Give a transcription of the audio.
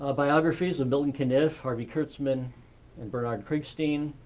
ah biographies of milton caniff, harvey kurtzman and bernard krigstein,